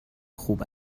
خوب